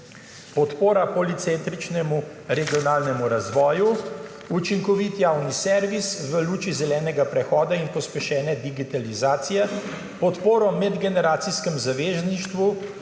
podpora policentričnemu regionalnemu razvoju, učinkovit javni servis v luči zelenega prehoda in pospešene digitalizacije, podporo medgeneracijskem zavezništvu,